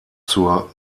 zur